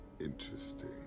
Interesting